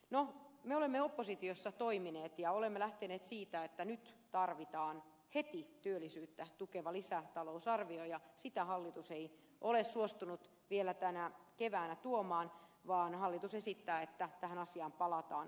no me olemme oppositiossa toimineet ja olemme lähteneet siitä että nyt tarvitaan heti työllisyyttä tukeva lisätalousarvio ja sitä hallitus ei ole suostunut vielä tänä keväänä tuomaan vaan hallitus esittää että tähän asiaan palataan syksyllä